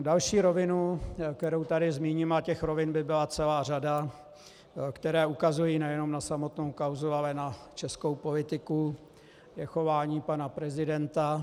Další rovinu, kterou tady zmíním a těch rovin by byla celá řada, které ukazují nejen na samotnou kauzu, ale na českou politiku je chování pana prezidenta.